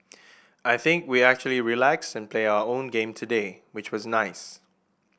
I think we actually relaxed and play our own game today which was nice